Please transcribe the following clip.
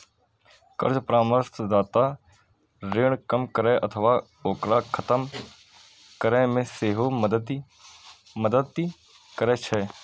कर्ज परामर्शदाता ऋण कम करै अथवा ओकरा खत्म करै मे सेहो मदति करै छै